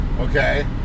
okay